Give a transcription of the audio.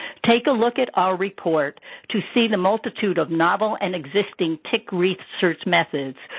take a look at our report to see the multitude of novel and existing tick research methods,